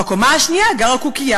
בקומה השנייה גרה קוקייה.